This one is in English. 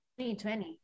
2020